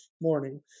morning